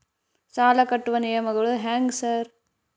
ಸಾಲ ಕಟ್ಟುವ ನಿಯಮಗಳು ಹ್ಯಾಂಗ್ ಸಾರ್?